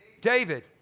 David